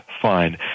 Fine